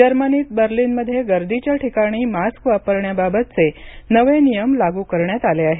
जर्मनीत बर्लिनमध्ये गर्दीच्या ठिकाणी मास्क वापरण्याबाबतचे नवे नियम लागू करण्यात आले आहेत